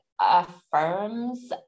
affirms